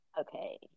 okay